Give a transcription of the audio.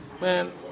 man